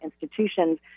institutions